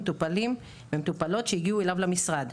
מטופלים ומטופלות שהגיעו אליו למשרד.